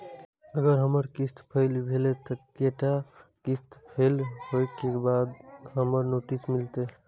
अगर हमर किस्त फैल भेलय त कै टा किस्त फैल होय के बाद हमरा नोटिस मिलते?